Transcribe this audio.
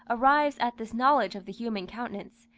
arrives at this knowledge of the human countenance,